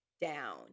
down